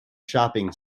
shopping